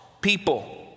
people